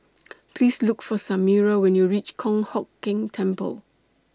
Please Look For Samira when YOU REACH Kong Hock Keng Temple